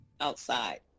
outside